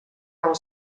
del